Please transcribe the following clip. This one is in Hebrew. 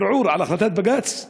ערעור על החלטת בג"ץ.